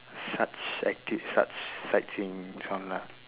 such activ~ such sightseeing lah